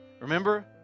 remember